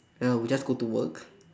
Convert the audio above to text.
I will just go to work